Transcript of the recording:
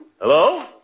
Hello